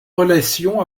relations